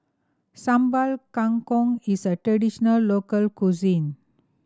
Sambal Kangkong is a traditional local cuisine